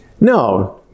No